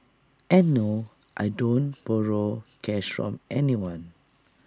and no I don't borrow cash from anyone